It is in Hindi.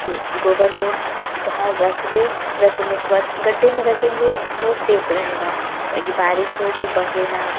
तो गोबर को बाहर रख दें रखने के बाद गड्ढे में रखेंगे तो वो सेफ रहेगा ताकि बारिश हो तो बहे ना